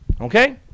okay